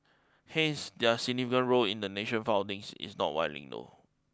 hence their significant role in the nation founding is not widely know